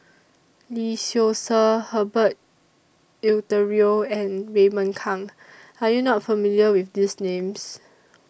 Lee Seow Ser Herbert Eleuterio and Raymond Kang Are YOU not familiar with These Names